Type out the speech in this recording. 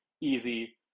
easy